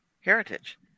heritage